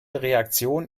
reaktion